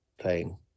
playing